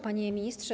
Panie Ministrze!